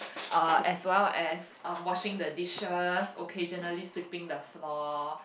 uh as well as um washing the dishes occasionally sweeping the floor